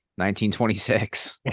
1926